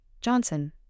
Johnson